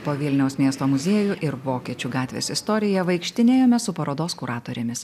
po vilniaus miesto muziejų ir vokiečių gatvės istoriją vaikštinėjome su parodos kuratorėmis